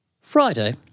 Friday